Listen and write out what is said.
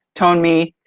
tone me,